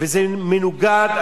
וזה מנוגד,